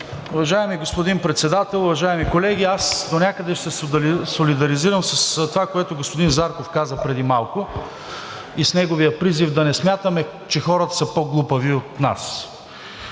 Уважаеми господин Председател, уважаеми колеги! Аз донякъде ще се солидаризирам с това, което господин Зарков каза преди малко, и с неговия призив – да не смятаме, че хората са по-глупави от нас.